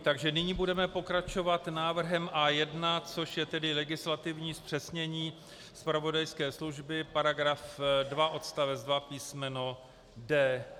Takže nyní budeme pokračovat návrhem A1, což je tedy legislativní zpřesnění zpravodajské služby, § 2 odst. 2 písm. d).